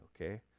okay